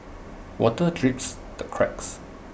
water drips the cracks